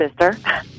sister